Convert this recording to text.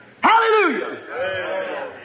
Hallelujah